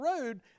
road